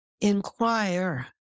inquire